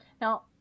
Now